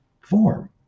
form